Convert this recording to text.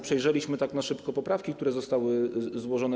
Przejrzeliśmy tak na szybko poprawki, które zostały złożone.